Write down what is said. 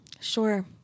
Sure